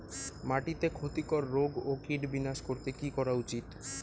মাটিতে ক্ষতি কর রোগ ও কীট বিনাশ করতে কি করা উচিৎ?